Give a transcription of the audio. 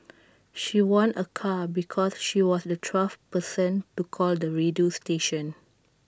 she won A car because she was the twelfth person to call the radio station